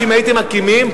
שאם הייתם מקימים,